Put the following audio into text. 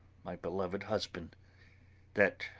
my beloved husband that,